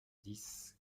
dix